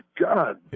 God